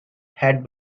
had